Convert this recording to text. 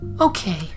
Okay